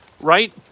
right